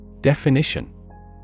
Definition